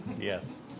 Yes